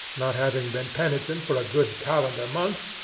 not having been penitent for a good calendar month,